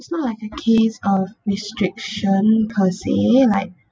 it's not like a case of restriction because they're like